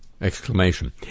Exclamation